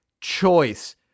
Choice